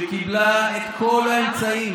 שקיבלה את כל האמצעים,